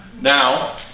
Now